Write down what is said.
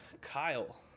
Kyle